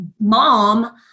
mom